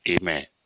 Amen